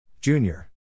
Junior